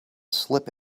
slip